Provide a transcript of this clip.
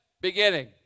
beginning